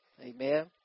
Amen